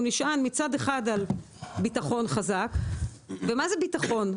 הוא נשען מצד אחד על ביטחון חזק, ומה זה ביטחון?